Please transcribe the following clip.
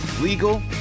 legal